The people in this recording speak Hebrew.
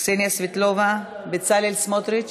קסניה סבטלובה, בצלאל סמוטריץ,